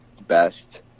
best